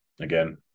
again